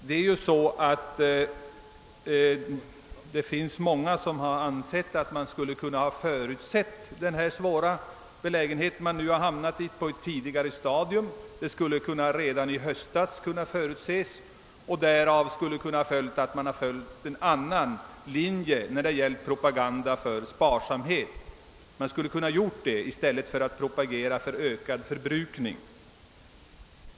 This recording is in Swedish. Det finns många som anser att man skulle ha kunnat förutse den svåra belägenhet som man nu har hamnat i på ett tidigare stadium, kanske redan i höstas, och att man därför skulle ha kunnat verka för sparsamhet i stället för att propagera för ökad förbrukning.